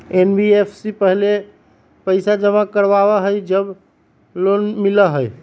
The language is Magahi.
एन.बी.एफ.सी पहले पईसा जमा करवहई जब लोन मिलहई?